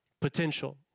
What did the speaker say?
Potential